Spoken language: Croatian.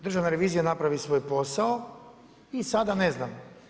Država revizija napravi svoj posao i sada ne znam.